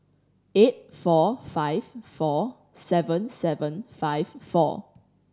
eight four five four seven seven five four